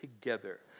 together